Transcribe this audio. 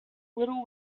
little